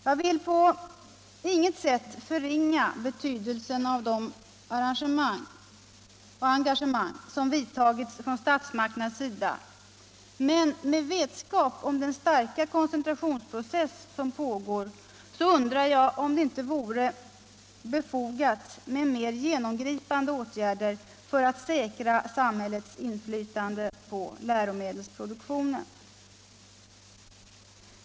Jag vill på inget sätt förringa betydelsen av dessa engagemang från statsmakternas sida, men med vetskap om den starka koncentrationsprocess som pågår undrar jag om det inte vore befogat med mer genomgripande åtgärder för att säkra samhällets inflytande på läromedelsproduktionen.